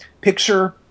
picture